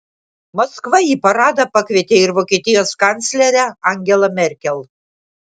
maskva į paradą pakvietė ir vokietijos kanclerę angelą merkel